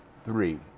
three